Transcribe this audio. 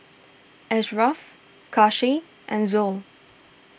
Ashraf Kasih and Zul